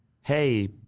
hey